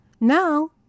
Now